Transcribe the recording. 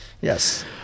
yes